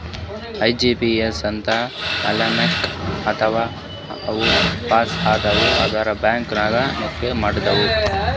IBPS ಅಂತ್ exam ಇರ್ತಾವ್ ಅವು ಪಾಸ್ ಆದ್ಯವ್ ಅಂದುರ್ ಬ್ಯಾಂಕ್ ನಾಗ್ ನೌಕರಿ ಮಾಡ್ಬೋದ